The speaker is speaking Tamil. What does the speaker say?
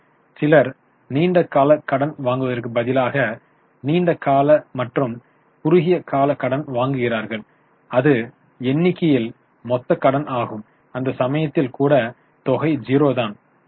சிலர் நீண்ட கால கடன் வாங்குவதற்கு பதிலாக நீண்ட கால மற்றும் குறுகிய கால கடன் வாங்குகிறார்கள் இது எண்ணிக்கையில் மொத்த கடன் ஆகும் அந்த சமயத்தில் கூட தொகை 0 தான் சரியா